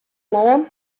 lân